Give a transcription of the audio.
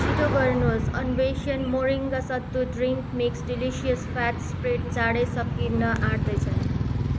छिटो गर्नुहोस् अन्वेषण मोरिङ्गा सत्तु ड्रिङ्क मिल्क र डेलिसियस फ्याट स्प्रेड चाँडै सकिन आँट्दै छन्